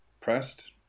pressed